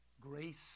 grace